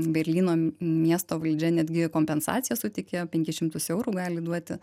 berlyno miesto valdžia netgi kompensaciją suteiki penkis šimtus eurų gali duoti